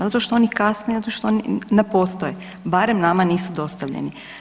Zato što oni kasne, zato što oni ne postoje, barem nama nisu dostavljeni.